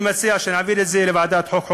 אני מציע שנעביר את זה לוועדת החוקה,